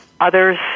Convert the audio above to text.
others